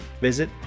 Visit